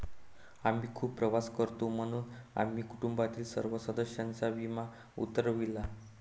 आम्ही खूप प्रवास करतो म्हणून आम्ही कुटुंबातील सर्व सदस्यांचा विमा उतरविला